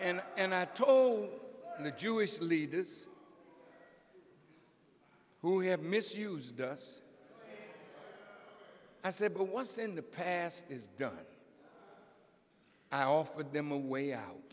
and and i told the jewish leaders who have misused us i said what's in the past is done i offered them a way out